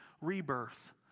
rebirth